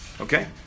Okay